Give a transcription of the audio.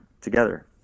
together